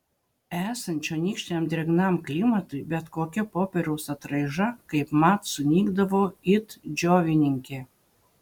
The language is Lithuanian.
esant čionykščiam drėgnam klimatui bet kokia popieriaus atraiža kaipmat sunykdavo it džiovininkė